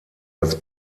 als